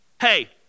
Hey